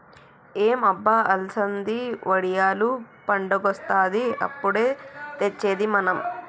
ఏం అబ్బ అలసంది వడియాలు పండగొస్తాంది ఎప్పుడు తెచ్చేది మనం